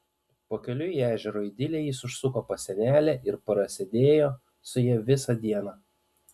pakeliui į ežero idilę jis užsuko pas senelę ir prasėdėjo su ja visą dieną